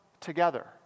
together